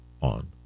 on